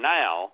now